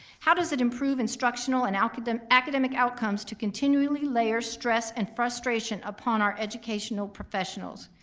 how does it improve instructional and academic academic outcomes to continually layer stress and frustration upon our educational professionals?